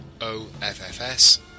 OFFS